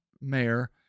mayor